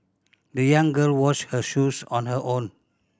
the young girl washed her shoes on her own